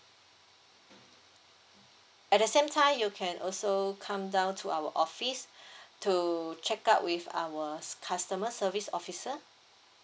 at the same time you can also come down to our office to checkout with our customer service officer